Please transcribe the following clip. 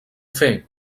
fer